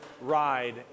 ride